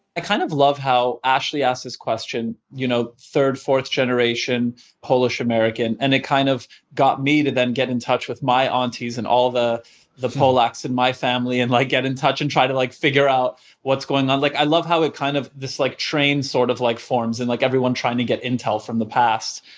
i kind of love how ashley asks this question, you know third, fourth generation polish american. and it kind of got to then get in touch with my aunties and all the the polacks in my family and like get in touch and try to like figure out what's going on. like i love how kind of this like train sort of like forms and like everyone trying to get intel from the past.